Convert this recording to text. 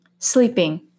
Sleeping